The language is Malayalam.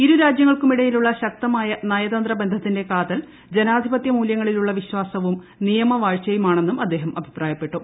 ഇരു രാജ്യങ്ങൾക്കുമിടയിലുള്ള ശക്തമായ നയതന്ത്രബന്ധത്തിന്റെ കാതൽ ജനാധിപത്യ മൂല്യങ്ങളിലുള്ള വിശ്വാസവും നിയമവാഴ്ചയുമാണെന്നും അദ്ദേഹം അഭിപ്രായപ്പെട്ടു